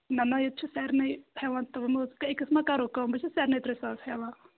نہَ نہَ ییٚتہِ چھ سارنِے ہٮ۪وان تِم حظ أکِس ما کرو کم بہٕ چھَس سارنٕے ترےٚ ساس ہٮ۪وان